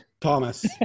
Thomas